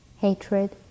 hatred